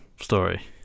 story